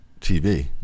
TV